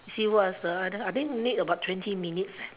see what's the other I think need about twenty minutes eh